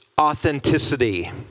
authenticity